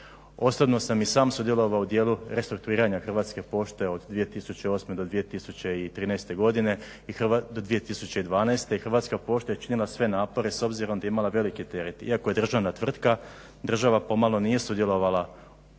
Osobno sam i sam sudjelovao u dijelu restrukturiranja Hrvatske pošte od 2008.do 2012.i Hrvatska pošta je činila sve napore s obzirom da je imala veliki teret. Iako je državna tvrtka država pomalo nije sudjelovala